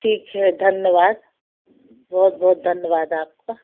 ठीक है धन्यवाद बहुत बहुत धन्यवाद आपका